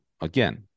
again